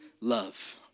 love